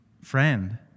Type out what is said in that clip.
friend